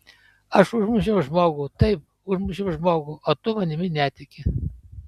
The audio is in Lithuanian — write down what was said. aš užmušiau žmogų taip užmušiau žmogų o tu manimi netiki